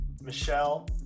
Michelle